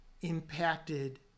impacted